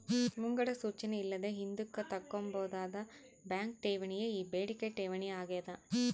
ಮುಂಗಡ ಸೂಚನೆ ಇಲ್ಲದೆ ಹಿಂದುಕ್ ತಕ್ಕಂಬೋದಾದ ಬ್ಯಾಂಕ್ ಠೇವಣಿಯೇ ಈ ಬೇಡಿಕೆ ಠೇವಣಿ ಆಗ್ಯಾದ